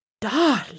darling